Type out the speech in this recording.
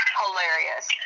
hilarious